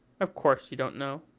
of course you don't know.